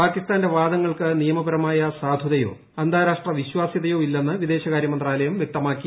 പാകിസ്ഥാന്റെ വാദങ്ങൾക്ക് നിയമപരമായ സാധുതയോ അന്താരാഷ്ട്ര വിശ്വാസ്യതയോ ഇല്ലെന്ന് വിദേശകാര്യമന്ത്രാലയം വ്യക്തമാക്കി